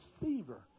receiver